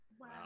Wow